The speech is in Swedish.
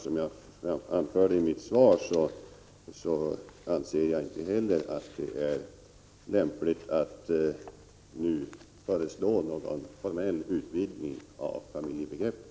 Som jag anförde i mitt svar anser jag inte heller att det är lämpligt att nu föreslå en formell utvidgning av familjebegreppet.